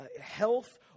health